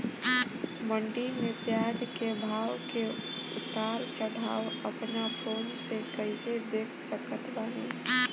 मंडी मे प्याज के भाव के उतार चढ़ाव अपना फोन से कइसे देख सकत बानी?